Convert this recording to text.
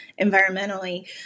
environmentally